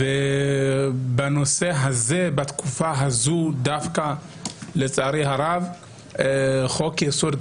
בנושא הזה ובתקופה הזו דווקא לצערי הרב חוק יסוד: